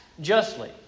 justly